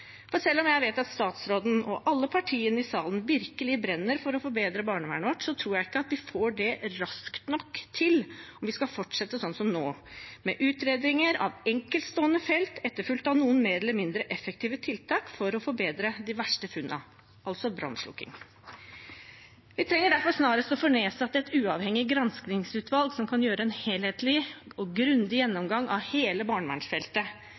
For selv om jeg vet at statsråden og alle partiene i salen virkelig brenner for å forbedre barnevernet vårt, tror jeg ikke at vi får det raskt nok til om vi skal fortsette sånn som nå, med utredninger av enkeltstående felt, etterfulgt av noen mer eller mindre effektive tiltak for å forbedre de verste funnene, altså brannslukking. Vi trenger derfor snarest å få nedsatt et uavhengig granskningsutvalg som kan gjøre en helhetlig og grundig gjennomgang av hele barnevernsfeltet,